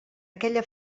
aquella